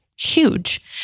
huge